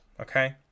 Okay